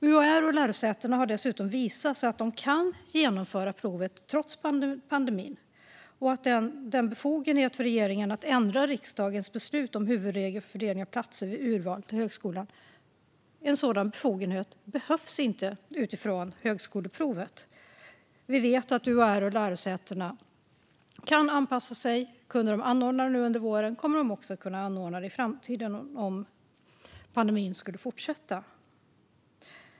UHR och lärosätena har dessutom visat att de kan genomföra provet trots pandemin och att regeringens befogenhet att ändra riksdagens beslut om huvudregel för fördelning av platser vid urval till högskolan inte behövs vad gäller högskoleprovet. Vi vet att UHR och lärosätena kan anpassa sig. Kunde de anordna provet nu under våren kommer de också att kunna anordna det i framtiden, om pandemin skulle fortsätta.